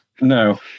no